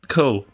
Cool